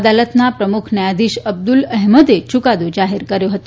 અદાલતના પ્રમુખ ન્યાયાધીશ અબ્દુલ અહેમદે યુકાદો જાહેર કર્યો હતો